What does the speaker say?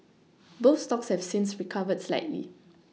both stocks have since recovered slightly